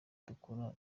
gukora